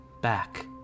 Back